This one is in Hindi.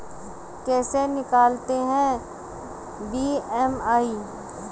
कैसे निकालते हैं बी.एम.आई?